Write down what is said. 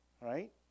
right